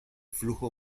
flujo